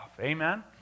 Amen